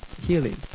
healing